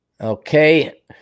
Okay